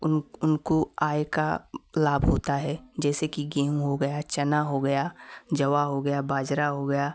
उनको आय का लाभ होता है जैसे कि गेहूँ हो गया चना हो गया जवा हो गया बाजरा हो गया